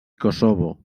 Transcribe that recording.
kosovo